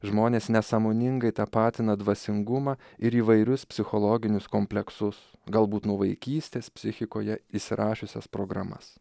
žmonės nesąmoningai tapatina dvasingumą ir įvairius psichologinius kompleksus galbūt nuo vaikystės psichikoje įsirašiusias programas